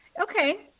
Okay